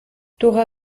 dora